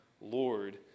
Lord